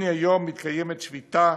הנה, היום מתקיימת שביתה